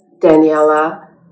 Daniela